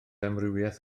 amrywiaeth